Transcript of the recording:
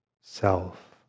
self